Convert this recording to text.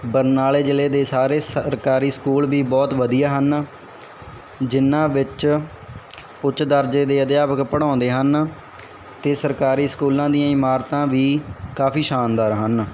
ਬਰਨਾਲੇ ਜ਼ਿਲ੍ਹੇ ਦੇ ਸਾਰੇ ਸਰਕਾਰੀ ਸਕੂਲ ਵੀ ਬਹੁਤ ਵਧੀਆ ਹਨ ਜਿਨਾਂ ਵਿੱਚ ਉੱਚ ਦਰਜੇ ਦੇ ਅਧਿਆਪਕ ਪੜ੍ਹਾਉਂਦੇ ਹਨ ਅਤੇ ਸਰਕਾਰੀ ਸਕੂਲਾਂ ਦੀਆਂ ਇਮਾਰਤਾਂ ਵੀ ਕਾਫ਼ੀ ਸ਼ਾਨਦਾਰ ਹਨ